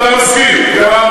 אתה מסכים.